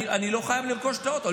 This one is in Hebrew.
אני לא חייב לרכוש אוטו.